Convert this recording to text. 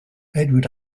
edward